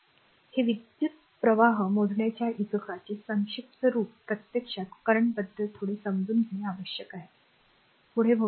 हे विद्युत् विद्युतप्रवाह मोजण्याच्या एककाचे संक्षिप्त रुप प्रत्यक्षात करंट बद्दल थोडे समजून घेणे आहे पुढील व्होल्टेज आहे